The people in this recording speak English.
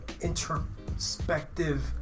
introspective